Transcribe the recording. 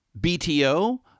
BTO